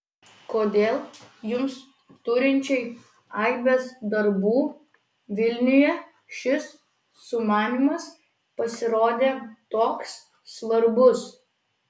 kodėl jums turinčiai aibes darbų vilniuje šis sumanymas pasirodė toks svarbus